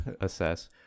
assess